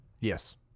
Yes